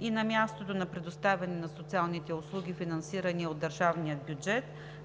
и на мястото на предоставяне на социалните услуги, финансирани от държавния бюджет,